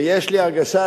ויש לי הרגשה,